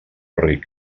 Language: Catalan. ric